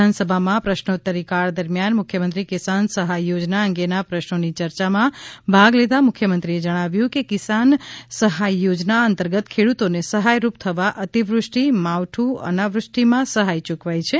વિધાનસભામાં પ્રશ્નોત્તરીકાળ દરમ્યાન મુખ્યમંત્રી કિસાન સહાય યોજના અંગેના પ્રશ્નોથી યર્યામાં ભાગ લેતાં મુખ્યમંત્રીશ્રીએ જણાવ્યું કે મુખ્યમંત્રી કિસાન સહાય યોજના અંતર્ગત ખેડૂતોને સહાયરૂપ થવા અતિવૃષ્ટિ માવઠુ અનાવૃષ્ટિમાં દરમ્યાન સહાય યૂકવાય છે